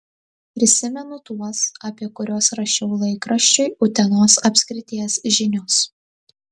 prisimenu tuos apie kuriuos rašiau laikraščiui utenos apskrities žinios